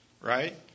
right